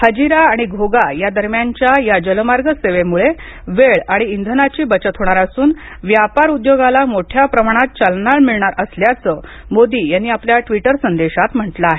हजीरा आणि घोघा या दरम्यानच्या या जलमार्ग सेवे मुळे वेळ आणि इंधनाची बचत होणार असून व्यापार उद्योगाला मोठ्या प्रमाणात चालना मिळणार असल्याचं मोदी यांनी आपल्या ट्वीटर संदेशात म्हंटल आहे